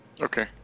Okay